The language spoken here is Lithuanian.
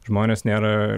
žmonės nėra